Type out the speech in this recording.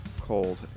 Cold